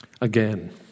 again